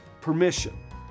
permission